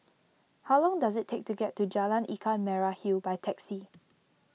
how long does it take to get to Jalan Ikan Merah Hill by taxi